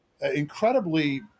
incredibly –